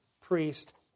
priest